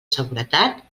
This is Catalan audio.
seguretat